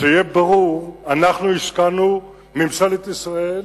שיהיה ברור, אנחנו השקענו, ממשלת ישראל,